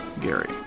Gary